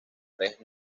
redes